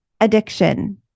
addiction